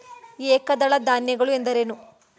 ಏಕದಳ ಧಾನ್ಯಗಳು ಎಂದರೇನು?